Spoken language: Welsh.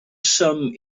swm